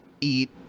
eat